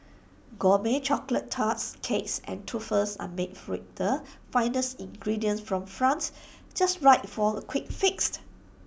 Gourmet Chocolate Tarts Cakes and truffles are made with the finest ingredients from France just right for A quick fixed